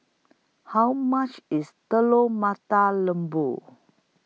How much IS Telur Mata Lembu